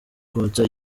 kotsa